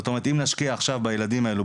זאת אומרת אם נשקיע עכשיו בילדים האלו,